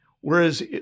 whereas